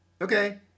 Okay